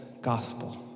gospel